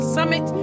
Summit